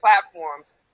platforms